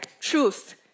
truth